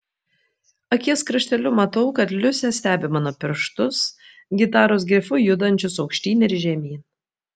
akies krašteliu matau kad liusė stebi mano pirštus gitaros grifu judančius aukštyn ir žemyn